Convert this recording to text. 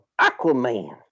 Aquaman